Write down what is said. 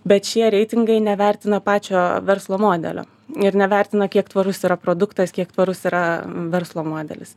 bet šie reitingai nevertina pačio verslo modelio ir nevertina kiek tvarus yra produktas kiek tvarus yra verslo modelis